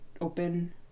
open